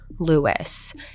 Lewis